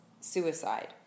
suicide